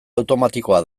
automatikoa